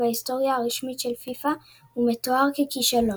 ובהיסטוריה הרשמית של פיפ"א הוא מתואר ככישלון.